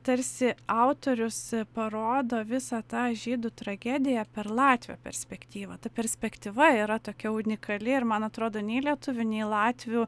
tarsi autorius parodo visą tą žydų tragediją per latvių perspektyvą ta perspektyva yra tokia unikali ir man atrodo nei lietuvių nei latvių